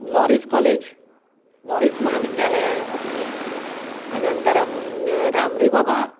Morris college Morris महाविद्यालय अस्ति अनन्तरं राम्देव् बाबा